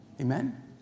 Amen